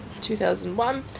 2001